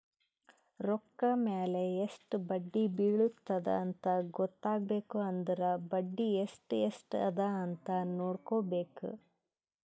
ರೊಕ್ಕಾ ಮ್ಯಾಲ ಎಸ್ಟ್ ಬಡ್ಡಿ ಬಿಳತ್ತುದ ಅಂತ್ ಗೊತ್ತ ಆಗ್ಬೇಕು ಅಂದುರ್ ಬಡ್ಡಿ ಎಸ್ಟ್ ಎಸ್ಟ್ ಅದ ಅಂತ್ ನೊಡ್ಕೋಬೇಕ್